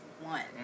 one